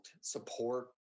support